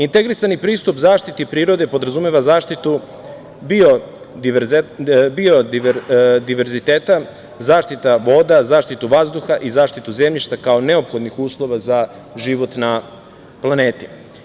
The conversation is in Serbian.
Integrisani pristup zaštiti prirode podrazumeva zaštitu biodiverziteta, zaštita voda, zaštita vazduha i zaštitu zemljišta, kao neophodnih uslova za život na planeti.